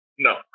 No